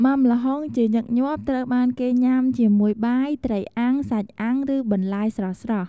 ម៉ាំល្ហុងជាញឹកញាប់ត្រូវបានគេញ៉ាំជាមួយបាយ ត្រីអាំង សាច់អាំង ឬបន្លែស្រស់ៗ។